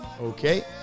Okay